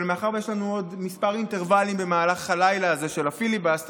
אבל מאחר שיש לנו עוד כמה אינטרוולים במהלך הלילה הזה של הפיליבסטר,